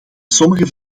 sommige